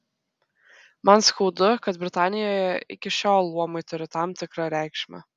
man skaudu kad britanijoje iki šiol luomai turi tam tikrą reikšmę